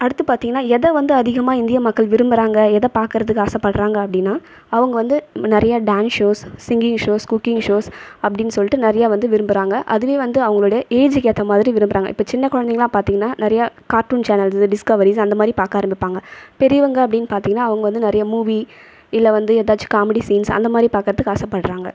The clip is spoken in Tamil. அடுத்து பார்த்தீங்கனா எதை வந்து அதிகமாக இந்திய மக்கள் விரும்புறாங்க எதை பார்க்கறத்துக்கு ஆசைப்படறாங்க அப்படினால் அவங்க வந்து நிறையா dance shows singing shows cooking shows அப்படின்னு சொல்லிட்டு நிறையா வந்து விரும்பறாங்க அதுலயும் அவங்களோட ஏஜுக்கு ஏற்ற மாதிரி விரும்புறாங்க இப்போ சின்ன குழந்தைங்கள்லாம் பார்த்தீங்கன்னா நிறையா கார்ட்டூன் சேனல்ஸ் டிஸ்கவேரிஸ் அந்த மாதிரி பார்க்க ஆரம்பிப்பாங்க பெரியவங்கனு பார்த்தீங்கனா அவங்க வந்து நிறைய மூவி இல்லை வந்து எதாச்சும் காமெடி சீன்ஸ் அந்த மாதிரி பார்க்கறதுக்கு ஆசைப்படறாங்க